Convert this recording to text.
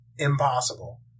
Impossible